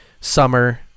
Summer